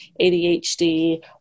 ADHD